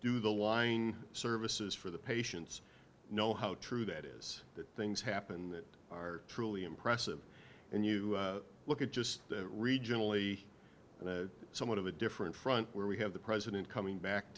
do the line services for the patients know how true that is that things happen that are truly impressive and you look at just regionally and somewhat of a different front where we have the president coming back